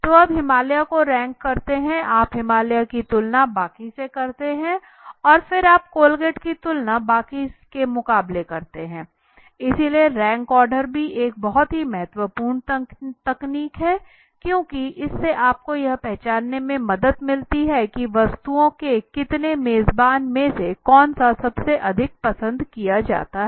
तो आप हिमालय को रैंक करते हैं आप हिमालय की तुलना बाकी से करते हैं और फिर आप कोलगेट की तुलना बाकी के मुकाबले करते हैं इसलिए रैंक ऑर्डर भी एक बहुत ही महत्वपूर्ण तकनीक है क्योंकि इससे आपको यह पहचानने में मदद मिलती है कि वस्तुओं के इतने मेजबान में से कौन सा सबसे अधिक पसंद है